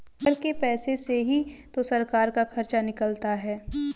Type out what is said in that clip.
कर के पैसे से ही तो सरकार का खर्चा निकलता है